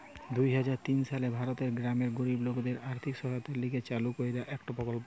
দুই হাজার তিন সালে ভারতের গ্রামের গরিব লোকদের আর্থিক সহায়তার লিগে চালু কইরা একটো প্রকল্প